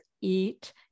eat